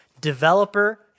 developer